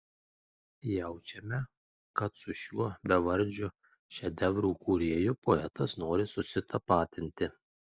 jaučiame kad su šiuo bevardžiu šedevrų kūrėju poetas nori susitapatinti